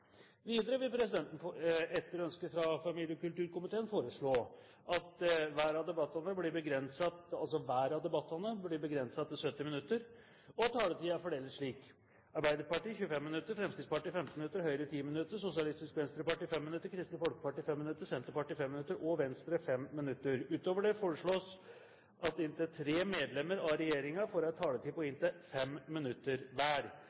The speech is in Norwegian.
Videre vil presidenten etter ønske fra familie- og kulturkomiteen foreslå at hver av debattene blir begrenset til 70 minutter, og at taletiden foredeles slik: Arbeiderpartiet 25 minutter, Fremskrittspartiet 15 minutter, Høyre 10 minutter, Sosialistisk Venstreparti 5 minutter, Kristelig Folkeparti 5 minutter, Senterpartiet 5 minutter og Venstre 5 minutter. Utover dette foreslås det at inntil tre medlemmer av regjeringen får en taletid på inntil 5 minutter hver.